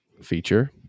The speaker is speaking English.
feature